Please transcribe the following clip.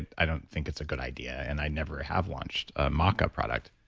and i don't think it's a good idea. and i never have launched a maca product.